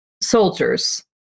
soldiers